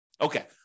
Okay